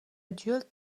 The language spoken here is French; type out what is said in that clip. adultes